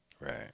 Right